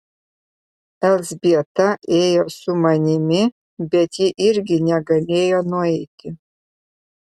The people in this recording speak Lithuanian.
elzbieta ėjo su manimi bet ji irgi negalėjo nueiti